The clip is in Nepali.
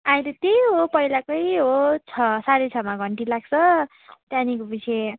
अहिले त्यही हो पहिलाकै हो छ साढे छमा घन्टी लाग्छ त्यहाँदेखिको पछि